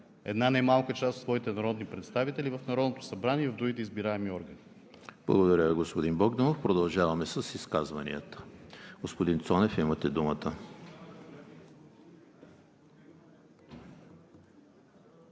една немалка част от своите народни представители в Народното събрание и в другите избираеми органи. ПРЕДСЕДАТЕЛ ЕМИЛ ХРИСТОВ: Благодаря, господин Богданов. Продължаваме с изказванията. Господин Цонев, имате думата.